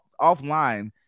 offline